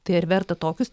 tai ar verta tokius